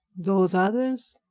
those others?